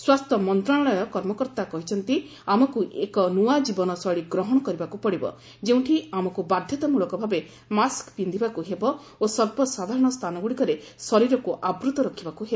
ସ୍ୱାସ୍ଥ୍ୟ ମନ୍ତ୍ରଣାଳୟ କର୍ମକର୍ତ୍ତା କହିଛନ୍ତି ଆମକୁ ଏକ ନୂଆ ଜୀବନ ଶୈଳୀ ଗ୍ରହଣ କରିବାକୁ ପଡ଼ିବ ଯେଉଁଠି ଆମକୁ ବାଧ୍ୟତାମୂଳକ ଭାବେ ମାସ୍କ୍ ପିନ୍ଧିବାକୁ ହେବ ଓ ସର୍ବସାଧାରଣ ସ୍ଥାନଗୁଡ଼ିକରେ ଶରୀରକୁ ଆବୃତ ରଖିବାକୁ ହେବ